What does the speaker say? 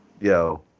Yo